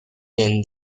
then